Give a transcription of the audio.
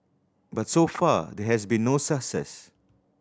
but so far there has been no success